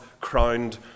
crowned